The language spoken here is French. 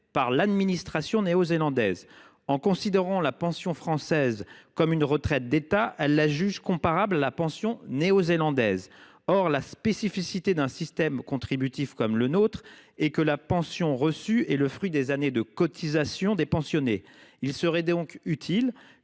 par l’administration néo-zélandaise. En considérant la pension française comme une retraite d’État, elle la juge comparable à la pension néo-zélandaise. Or la spécificité d’un système contributif comme le nôtre est que la pension reçue est le fruit des années de cotisation des pensionnés. Il serait donc utile